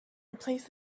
replace